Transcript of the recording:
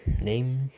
name